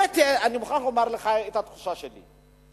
אני מוכרח לומר לך מה התחושה שלי: